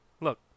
look